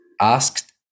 asked